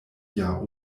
jahr